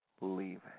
leaving